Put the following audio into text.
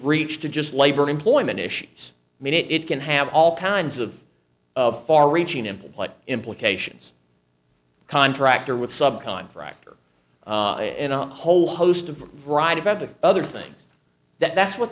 reached to just labor employment issues made it it can have all kinds of of far reaching implied implications contractor with subcontractor in a whole host of right about the other things that that's what